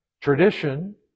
tradition